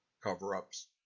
cover-ups